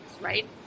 right